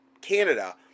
Canada